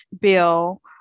Bill